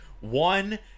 One